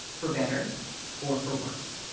for better or for worse.